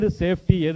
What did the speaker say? safety